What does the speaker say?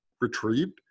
retrieved